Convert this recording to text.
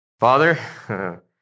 Father